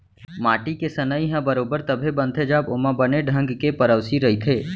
माटी के सनई ह बरोबर तभे बनथे जब ओमा बने ढंग के पेरौसी रइथे